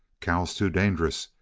cal's too dangerous.